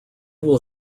will